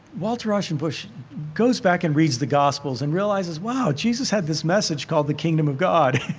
walter rauschenbusch goes back and reads the gospels and realizes, wow, jesus had this message called the kingdom of god